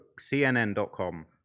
CNN.com